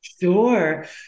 Sure